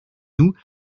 nous